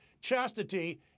chastity